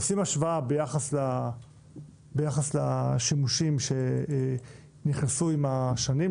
עושים השוואה ביחס לשימושים שנכנסו עם השנים,